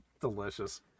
delicious